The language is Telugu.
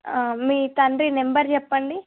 మీ తండ్రి నెంబర్ చెప్పండి